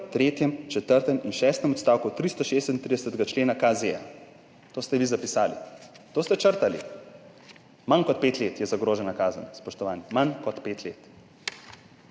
tretjem, četrtem in šestem odstavku 336. člena KZ.« To ste vi zapisali. To ste črtali. Manj kot pet let je zagrožena kazen, spoštovani, manj kot pet let.